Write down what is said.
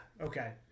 okay